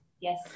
Yes